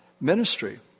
ministry